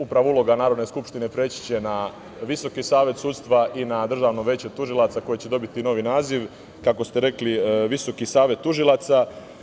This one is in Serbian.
Upravo uloga Narodne skupštine preći će na Visoki savet sudstva i na Državno veće tužilaca koje će dobiti novi naziv, kako ste rekli – Visoki savet tužilaca.